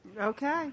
Okay